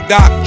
Doc